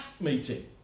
meeting